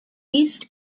east